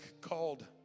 called